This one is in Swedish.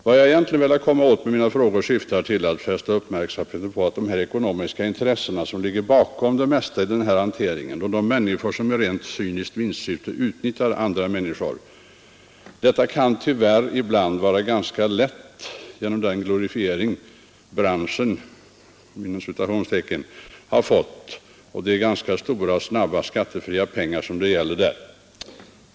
Vad jag egentligen velat komma åt och vad mina frågor syftar till att fästa uppmärksamheten på är de ekonomiska intressen som ligger bakom det mesta i den här hanteringen och de människor som i rent cyniskt vinstsyfte utnyttjar andra människor. Detta kan tyvärr ibland vara ganska lätt genom den glorifiering ”branschen” fått och de ganska stora och snabba skattefria pengar det gäller.